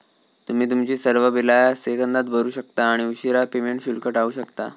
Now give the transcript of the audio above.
तुम्ही तुमची सर्व बिला सेकंदात भरू शकता आणि उशीरा पेमेंट शुल्क टाळू शकता